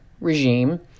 regime